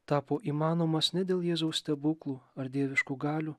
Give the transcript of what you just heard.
tapo įmanomas ne dėl jėzaus stebuklų ar dieviškų galių